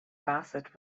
bassett